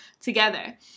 together